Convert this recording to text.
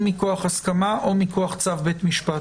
אם מכוח הסכמה או מכוח צו בית משפט,